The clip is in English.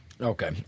Okay